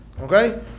Okay